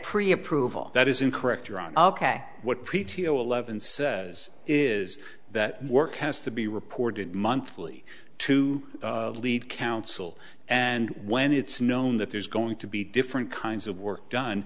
pre approval that is incorrect or on of what p t o eleven says is that work has to be reported monthly to lead council and when it's known that there's going to be different kinds of work done